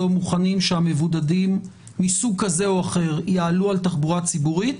מוכנים שהמבודדים מסוג כזה או אחר יעלו על תחבורה ציבורית,